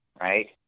right